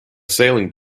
sailing